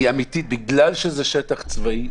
בגלל שזה שטח צבאי,